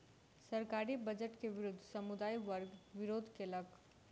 सरकारी बजट के विरुद्ध समुदाय वर्ग विरोध केलक